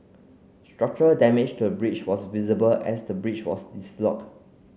structural damage to the bridge was visible as the bridge was dislodge